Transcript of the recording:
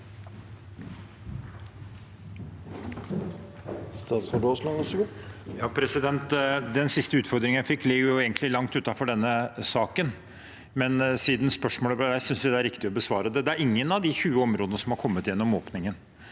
Statsråd Terje Aasland Den siste utford- ringen jeg fikk, ligger egentlig langt utenfor denne saken, men siden spørsmålet ble stilt, synes jeg det er riktig å besvare det. Det er ingen av de 20 områdene som har kommet igjennom åpningen,